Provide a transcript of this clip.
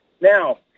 Now